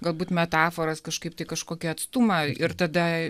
galbūt metaforas kažkaip tai kažkokį atstumą ir tada